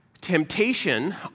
temptation